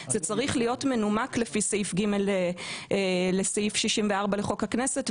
זה צריך להיות מנומק לפי סעיף ג' לסעיף 64 לחוק הכנסת,